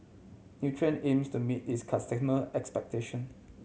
Nutren aims to meet its customer expectation